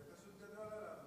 זה פשוט גדול עליו.